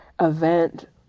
event